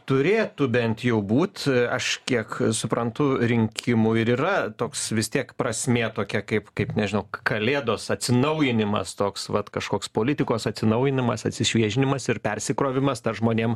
turėtų bent jau būt aš kiek suprantu rinkimų ir yra toks vis tiek prasmė tokia kaip kaip nežinau kalėdos atsinaujinimas toks vat kažkoks politikos atsinaujinimas atsišviežinimas ir persikrovimas tas žmonėm